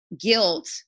guilt